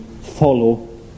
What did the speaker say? Follow